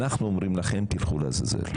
אנחנו אומרים לכם: תלכו לעזאזל.